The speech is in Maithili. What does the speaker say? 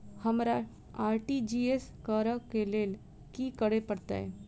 हमरा आर.टी.जी.एस करऽ केँ लेल की करऽ पड़तै?